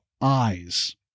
eyes